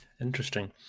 Interesting